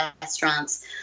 restaurants